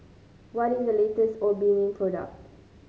what is the latest Obimin product